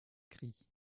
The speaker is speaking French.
cri